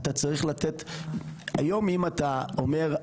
אתה אומר,